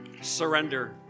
Surrender